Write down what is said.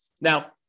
Now